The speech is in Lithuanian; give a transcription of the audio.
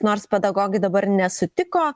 nors pedagogai dabar nesutiko